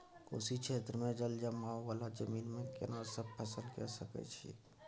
कोशी क्षेत्र मे जलजमाव वाला जमीन मे केना सब फसल के सकय छी?